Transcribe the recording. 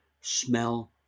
smell